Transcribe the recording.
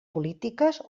polítiques